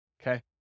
Okay